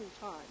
time